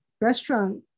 restaurant